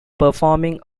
performing